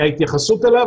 ההתייחסות אליו,